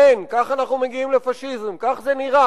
כן, ככה אנחנו מגיעים לפאשיזם, בדיוק כך זה מתחיל.